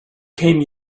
came